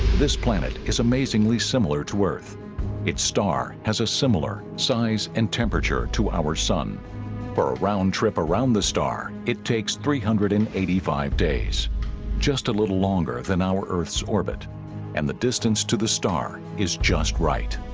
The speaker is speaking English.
this planet is amazingly similar to earth its star has a similar size and temperature to our sun for a round trip around the star it takes three hundred and eighty five days just a little longer than our earth's orbit and the distance to the star is just right